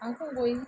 ଆଉ କ'ଣ କହିବି